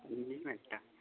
बीह् मैंट्ट